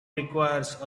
requires